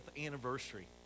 anniversary